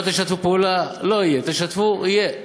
לא תשתפו פעולה, לא יהיה, תשתפו, יהיה.